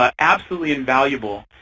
ah absolutely invaluable.